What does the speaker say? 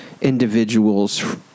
individuals